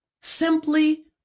simply